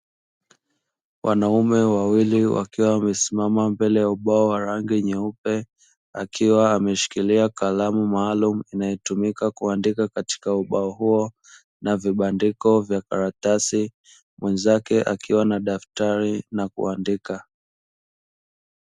Wanaume wawili wakiwa wamesimama mbele ya ubao wa rangi nyeupe, akiwa ameshikilia kalamu maalumu inayotumika kuandika katika ubao huo na vibandiko vya karatasi, mwenzake akiwa na daftari na kuandika.